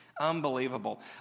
Unbelievable